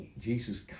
Jesus